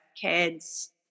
kids